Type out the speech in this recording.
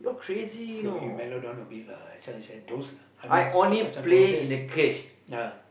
no you mellow down a bit lah as long as I those I mean as in those day ah